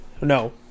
no